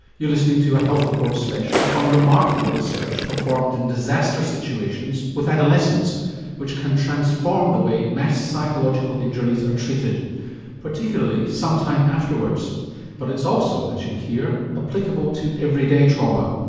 you're listening to a health report special on remarkable research performed in disaster situations with adolescents which can transform the way mass psychological injuries are treated particularly some time afterwards but it's also, as you'll hear' applicable to everyday trauma.